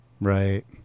Right